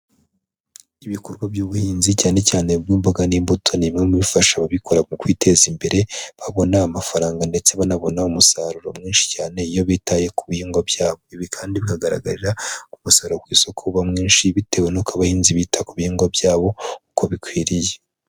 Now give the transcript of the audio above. Ibikorwa by'ubuhinzi cyane cyane bw'imboga n'imbuto ni bimwe mu bifasha ababikora mu kwiteza imbere, babona amafaranga ndetse banabona umusaruro mwinshi cyane iyo bitaye ku bihingwa byabo. Ibi kandi bikagaragarira ku musaruro ku isoko uba mwinshi bitewe nuko abahinzi bita ku bihingwa byabo uko bikwiriye.